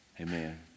Amen